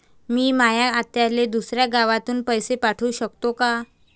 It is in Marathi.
मी माया आत्याले दुसऱ्या गावातून पैसे पाठू शकतो का?